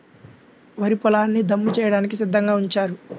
వరి పొలాల్ని దమ్ము చేయడానికి సిద్ధంగా ఉంచారు